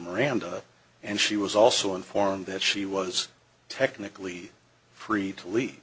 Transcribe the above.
miranda and she was also informed that she was technically free